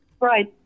Right